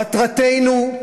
מטרתנו,